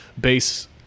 base